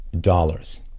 dollars